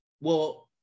well-